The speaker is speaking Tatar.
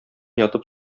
ятып